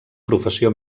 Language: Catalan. professió